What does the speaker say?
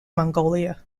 mongolia